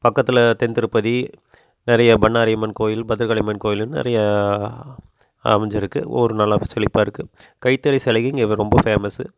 பக்கத்தில் தென் திருப்பதி நிறைய பண்ணாரி அம்மன் கோவில் பத்திரகாளி அம்மன் கோவில் நிறைய அமைஞ்சிருக்கு ஊர் நல்லா செழிப்பாக இருக்குது கைத்தறி சேலைகள் இங்கே ரொம்ப ஃபேமஸ்ஸு